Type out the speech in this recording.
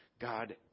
God